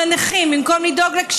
במקום לדאוג לנכים,